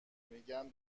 میگن